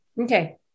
Okay